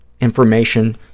information